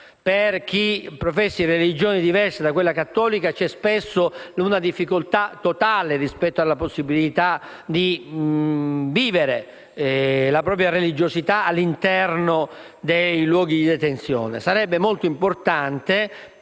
Per chi professi religioni diverse da quella cattolica c'è spesso una difficoltà totale rispetto alla possibilità di vivere la propria religiosità all'interno dei luoghi di detenzione.